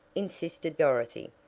insisted dorothy.